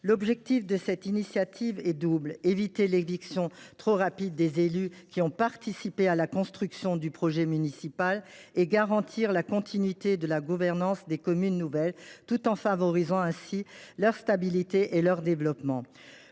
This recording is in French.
L’objectif de cette initiative est double : éviter l’éviction trop rapide des élus qui ont participé à la construction du projet municipal ; garantir la continuité de la gouvernance des communes nouvelles, tout en favorisant leur stabilité et leur développement.